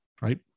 right